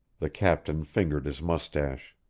the captain fingered his mustache.